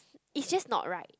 is just not right